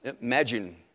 Imagine